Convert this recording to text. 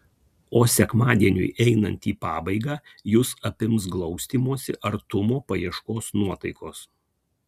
o sekmadieniui einant į pabaigą jus apims glaustymosi artumo paieškos nuotaikos